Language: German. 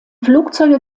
flugzeuge